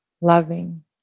loving